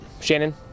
Shannon